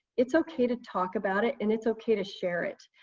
it's okay to talk about it. and it's okay to share it.